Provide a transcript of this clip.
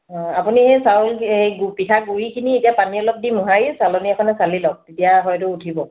অঁ আপুনি এই চাউল সেই গু পিঠা গুড়িখিনি এতিয়া পানী অলপ দি মোহাৰি চালনী এখনে চালি লওক তেতিয়া হয়টো উঠিব